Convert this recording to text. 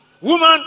Woman